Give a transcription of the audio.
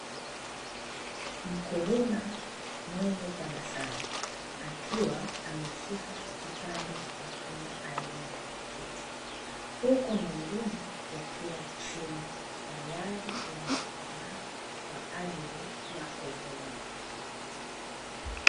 Mkulima mwenye tabasamu akiwa ameshika kipande cha tunda aina ya tikitiki, huku mengine yakiwa chini tayari yamekomaa kwa ajili ya kuvunwa.